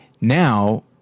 Now